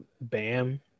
Bam